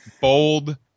Bold